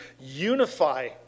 unify